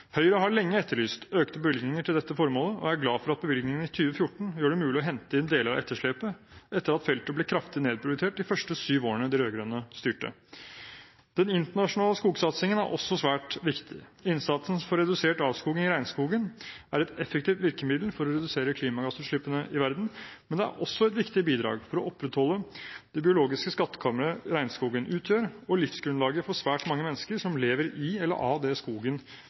Høyre har lenge etterlyst økte bevilgninger til dette formålet og er glad for at bevilgningen i 2014 gjør det mulig å hente inn deler av etterslepet etter at feltet ble kraftig nedprioritert de første syv årene de rød-grønne styrte. Den internasjonale skogsatsingen er også svært viktig. Innsatsen for redusert avskoging i regnskogen er et effektivt virkemiddel for å redusere klimagassutslippene i verden, men det er også et viktig bidrag for å opprettholde det biologiske skattkammeret regnskogen utgjør og livsgrunnlaget for svært mange mennesker som lever i eller av det skogen